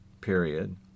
period